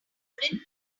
wooden